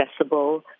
accessible